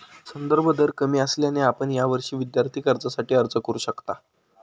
संदर्भ दर कमी असल्याने आपण यावर्षी विद्यार्थी कर्जासाठी अर्ज करू शकता